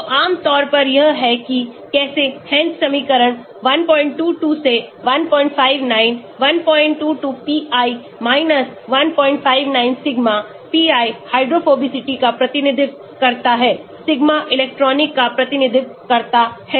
तो आम तौर पर यह है कि कैसे Hansch समीकरण 122 159 122 pi 159 सिग्मा pi हाइड्रोफोबिसिटी का प्रतिनिधित्व करता है सिग्मा इलेक्ट्रॉनिक का प्रतिनिधित्व करता है